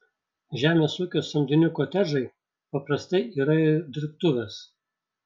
žemės ūkio samdinių kotedžai paprastai yra ir dirbtuvės